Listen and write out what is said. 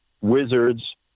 Wizards